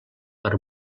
per